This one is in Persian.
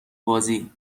بازی